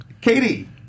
Katie